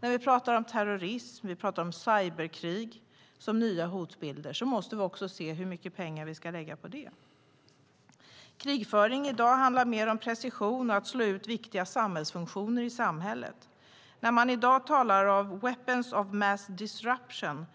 När vi talar om terrorism och cyberkrig som nya hotbilder måste vi se hur mycket pengar vi ska lägga på dem. Krigföring i dag handlar mer om precision och att slå ut viktiga samhällsfunktioner i samhället. När man i dag talar om Weapons of Mass Disruption